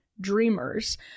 dreamers